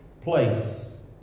place